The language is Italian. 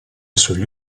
sugli